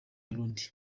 burundi